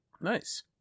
Nice